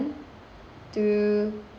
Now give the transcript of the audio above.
two three